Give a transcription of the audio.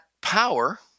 power